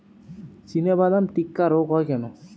চিনাবাদাম টিক্কা রোগ হয় কেন?